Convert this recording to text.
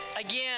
again